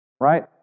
Right